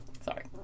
Sorry